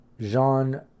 jean